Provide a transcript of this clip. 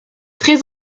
très